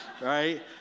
right